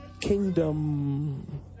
Kingdom